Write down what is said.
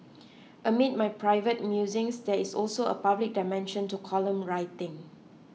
amid my private musings there is also a public dimension to column writing